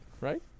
right